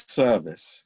service